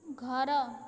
ଘର